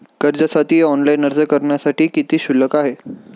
कर्जासाठी ऑनलाइन अर्ज करण्यासाठी किती शुल्क आहे?